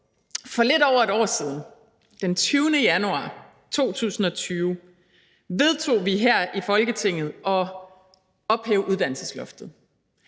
For lidt over et år siden – den 20. januar 2020 – vedtog vi her i Folketinget at ophæve uddannelsesloftet.